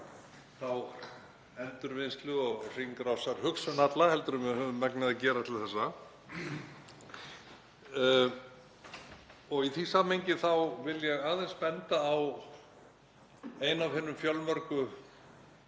þá endurvinnslu- og hringrásarhugsun alla heldur en við höfum megnað að gera til þessa. Í því samhengi vil ég aðeins benda á eina af hinum fjölmörgu